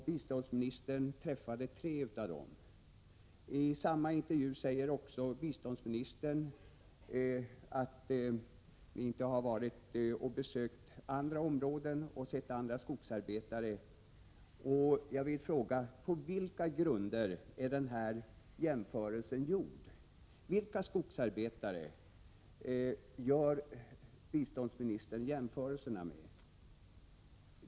Biståndsministern träffade 3 av dem. I intervjun säger biståndsministern 'att hon inte besökt andra områden eller sett andra skogsarbetare. Jag vill då fråga: På vilka grunder är den här jämförelsen gjord? Vilka skogsarbetare avser biståndsministerns jämförelse?